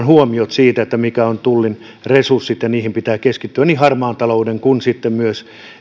huomiot siitä mitkä ovat tullin resurssit ja totesi että pitää keskittyä niin harmaan talouden kuin myös